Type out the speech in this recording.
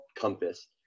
compass